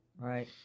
Right